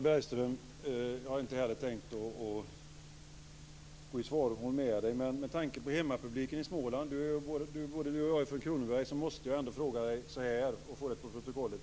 Fru talman! Jag hade inte heller tänkt att gå i svaromål med Harald Bergström. Men med tanke på hemmapubliken i Småland - både Harald Bergström och jag är från Kronoberg - måste jag ändå ställa en fråga till honom och få detta med i protokollet.